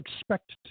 expect